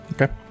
Okay